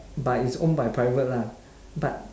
but is own by private lah but